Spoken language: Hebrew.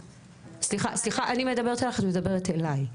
סליחה, אני מדברת אלייך ואת מדברת אליי.